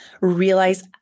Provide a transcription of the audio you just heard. realize